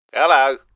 Hello